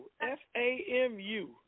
F-A-M-U